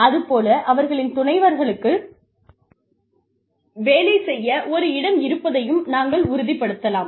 அது போல அவர்களின் துணைவர்களுக்கு வேலை செய்ய ஒரு இடம் இருப்பதையும் நாங்கள் உறுதிப்படுத்தலாம்